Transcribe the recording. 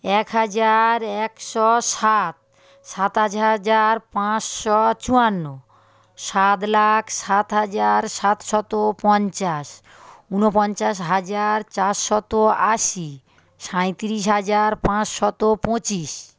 এক হাজার একশো সাত সাতাশ হাজার পাঁচশো চুয়ান্ন সাত লাখ সাত হাজার সাতশত পঞ্চাশ উনপঞ্চাশ হাজার চারশত আশি সাঁইত্রিশ হাজার পাঁচশত পঁচিশ